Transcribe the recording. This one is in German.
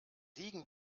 liegen